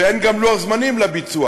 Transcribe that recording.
ואין גם לוח זמנים לביצוע,